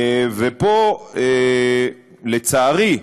ופה, לצערי,